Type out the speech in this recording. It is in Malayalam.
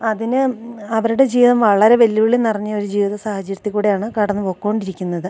അതിന് അവരുടെ ജീവിതം വളരെ വെല്ലു വിളി നിറഞ്ഞ ഒരു ജീവിത സാഹചര്യത്തിൽ കൂടിയാണ് കടന്നു പൊയ്ക്കൊണ്ടിരിക്കുന്നത്